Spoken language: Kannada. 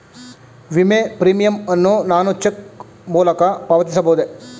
ವಿಮೆ ಪ್ರೀಮಿಯಂ ಅನ್ನು ನಾನು ಚೆಕ್ ಮೂಲಕ ಪಾವತಿಸಬಹುದೇ?